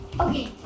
Okay